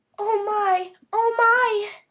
oh, my! oh, my!